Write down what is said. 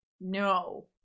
no